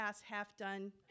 half-done